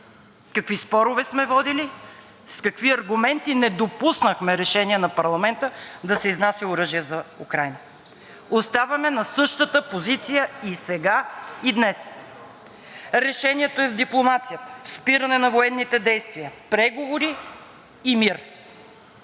какви спорове сме водили, с какви аргументи не допуснахме решение на парламента да се изнася оръжие за Украйна. Оставаме на същата позиция и сега, и днес. Решението е в дипломацията, спиране на военните действия, преговори и мир.